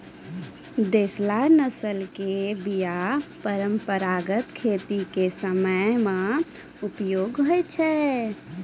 देशला नस्ल के बीया परंपरागत खेती के समय मे उपयोग होय छै